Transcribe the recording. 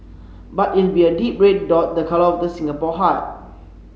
but it will be a deep red dot the colour of the Singapore heart